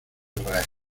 israel